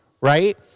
right